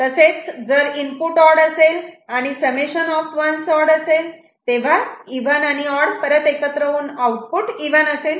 आणि जर input odd असेल आणि समेशन ऑफ 1's ऑड तेव्हा इव्हन आणि ऑड एकत्र करून आउटपुट इव्हन असेल